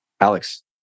alex